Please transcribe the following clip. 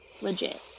legit